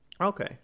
Okay